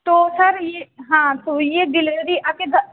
तो सर ये हाँ तो ये डिलीवरी आपके घर